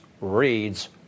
reads